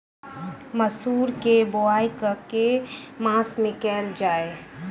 मसूर केँ बोवाई केँ के मास मे कैल जाए?